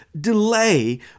delay